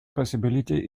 possibility